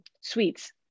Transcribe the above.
sweets